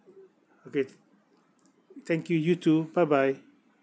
okay thank you you too bye bye